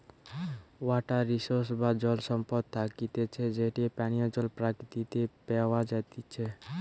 water resource বা জল সম্পদ থাকতিছে যেটি পানীয় জল প্রকৃতিতে প্যাওয়া জাতিচে